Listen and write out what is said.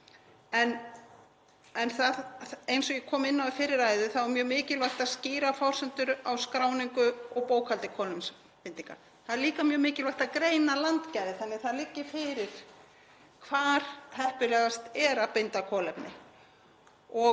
Eins og ég kom inn á í fyrri ræðu þá er mjög mikilvægt að skýra forsendur skráningar og bókhalds kolefnisbindingar. Það er líka mjög mikilvægt að greina landgæði þannig að það liggi fyrir hvar heppilegast er að binda kolefni,